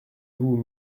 vous